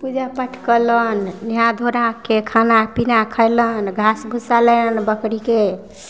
पूजा पाठ कएलनि नहा धोराके खाना पीना खएलनि घास भुस्सा लएलनि बकरीके